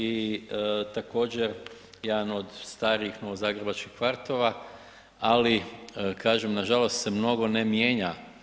I također jedan od starijih novozagrebačkih kvartova ali kažem nažalost se mnogo ne mijenja.